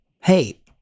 hey